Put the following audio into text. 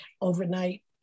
overnight